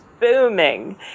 booming